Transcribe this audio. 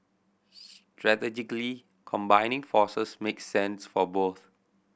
strategically combining forces makes sense for both